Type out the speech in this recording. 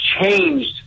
changed